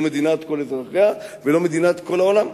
מדינת כל אזרחיה ולא מדינת כל העולם,